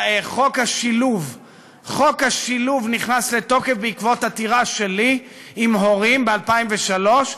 השילוב נכנס לתוקף בעקבות עתירה שלי עם הורים ב-2003,